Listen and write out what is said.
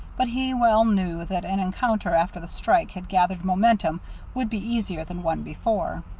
but he well knew that an encounter after the strike had gathered momentum would be easier than one before.